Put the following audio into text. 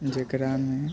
जकरामे